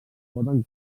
poden